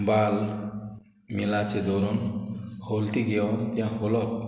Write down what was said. बाल मिलाचें धोरून हॉलती घेवन तें हॉलप